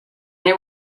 they